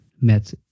MET